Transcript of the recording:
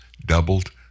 doubled